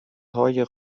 های